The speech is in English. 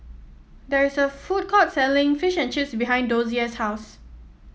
there is a food court selling Fish and Chips behind Dozier's house